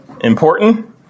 important